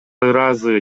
ыраазы